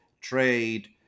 trade